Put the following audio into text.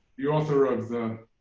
the author of the